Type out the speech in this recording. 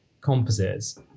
composites